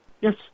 Yes